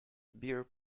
beer